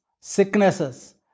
sicknesses